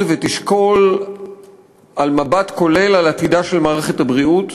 ותשקול מבט כולל על עתידה של מערכת הבריאות,